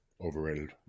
overrated